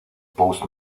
post